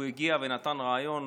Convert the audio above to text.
הוא הגיע ונתן ריאיון